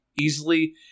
easily